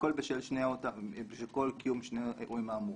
והכול בשל קיום שני האירועים האמורים.